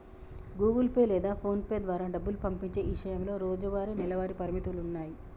Google Pay లేదా PhonePe ద్వారా డబ్బు పంపించే ఇషయంలో రోజువారీ, నెలవారీ పరిమితులున్నాయి